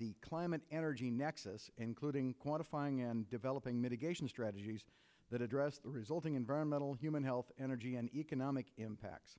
the climate energy nexus including quantifying and developing mitigation strategies that address the resulting environmental and human health energy and economic impacts